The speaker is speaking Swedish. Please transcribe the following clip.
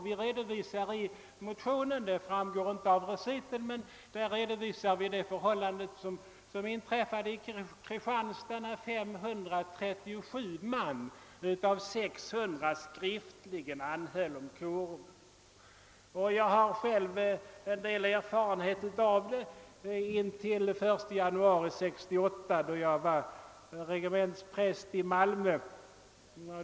Vi redovisar i motionen det förhållande som inträffade i Kristianstad, när 537 av 600 värnpliktiga skriftligen anhöll om korum. Jag har själv en del liknande erfarenheter under min tid som regementspräst i Malmö.